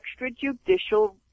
extrajudicial